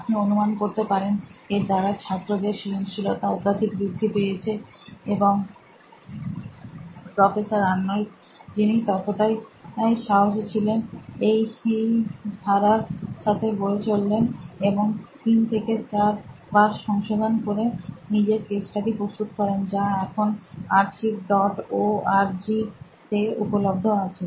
আপনি অনুমান করতে পারেন এর দ্বারা ছাত্র দের সৃজনশীলতা অত্যাধিক বৃদ্ধি পেয়েছে এবং প্রফেসর আর্নল্ড যিনি ততটাই সাহসী ছিলেন এই ধারার সাথে বয়ে চললেন এবং তিন থেকে চার বার সংশোধন করে নিজের কেস স্টেডটা প্রস্তুত করেন যা এখন archive dot O R G তে উপলব্ধ আছে